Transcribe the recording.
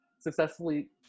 successfully